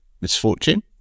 misfortune